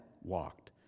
walked